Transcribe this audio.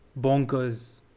bonkers